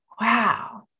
Wow